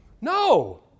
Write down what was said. No